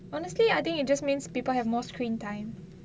honestly I think it just mean people have more screen time